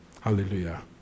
hallelujah